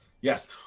Yes